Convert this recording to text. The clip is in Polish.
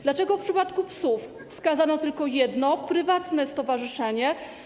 Dlaczego w przypadku psów wskazano tylko jedno prywatne stowarzyszenie?